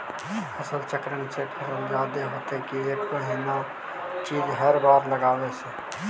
फसल चक्रन से फसल जादे होतै कि एक महिना चिज़ हर बार लगाने से?